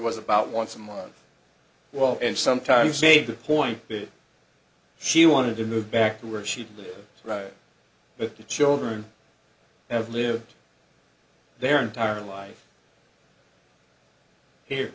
was about once a month well and sometimes made the point that she wanted to move back to where she had the right but the children have lived their entire life here